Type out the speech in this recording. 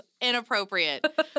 inappropriate